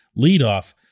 leadoff